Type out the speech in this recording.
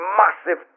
massive